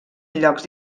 llocs